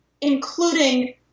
including